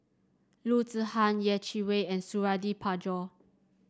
Loo Zihan Yeh Chi Wei and Suradi Parjo